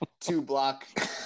two-block